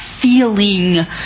feeling